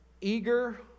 eager